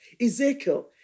Ezekiel